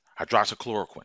hydroxychloroquine